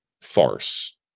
farce